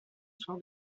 soir